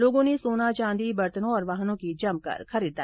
लोगों ने सोना चांदी बर्तनों और वाहनों की जमकर खरीददारी की